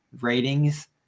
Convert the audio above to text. ratings